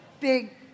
big